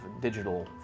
digital